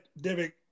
David